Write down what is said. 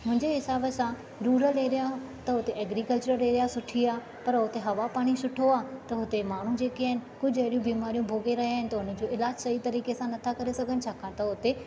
मुंहिंजे हिसाब सां रुरल एरिया त हुते एग्रीकल्चर एरिया सुठी आहे पर हुते हवा पाणी सुठो आहे त हुते माण्हू जेके आहिनि कुझु हेॾियूं बीमारियूं भोगे॒ रहिया आहिनि त हुन जो इलाजु सही तरीक़े सां नथा करे सघनि छाकाणि त हुते